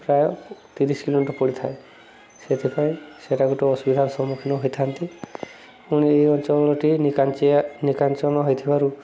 ପ୍ରାୟ ତିରିଶ କିଲୋମିଟର ପଡ଼ିଥାଏ ସେଥିପାଇଁ ସେଟା ଗୋଟେ ଅସୁବିଧାର ସମ୍ମୁଖୀନ ହୋଇଥାନ୍ତି ପୁଣି ଏ ଅଞ୍ଚଳଟି ନିକାଞ୍ଚିଆ ନିକାଞ୍ଚନ ହେଇଥିବାରୁ